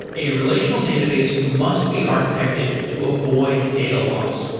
a relational database must be architected to avoid data loss.